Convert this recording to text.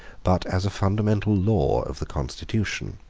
but as a fundamental law of the constitution.